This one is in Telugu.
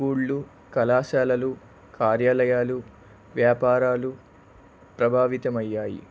స్కూళ్ళు కళాశాలలు కార్యాలయాలు వ్యాపారాలు ప్రభావితం అయ్యాయి